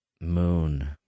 Moon